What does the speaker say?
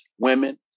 women